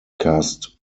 cast